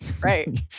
Right